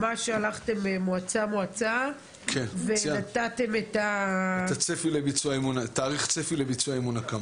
ממש הלכתם מועצה-מועצה ונתתם --- תאריך צפי לביצוע אימון הקמה.